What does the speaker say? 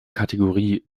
kategorie